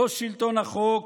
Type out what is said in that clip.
לא שלטון החוק